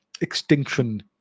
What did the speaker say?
extinction